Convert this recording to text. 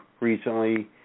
recently